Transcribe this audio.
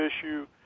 issue